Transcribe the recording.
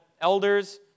elders